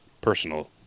Personal